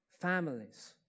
families